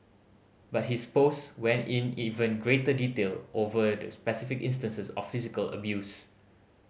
but his post went in even greater detail over the specific instances of physical abuse